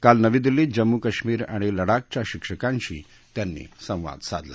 काल नवी दिल्लीत जम्मू कश्मीर आणि लडाखच्या शिक्षकांशी त्यांनी संवाद साधला